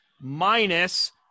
minus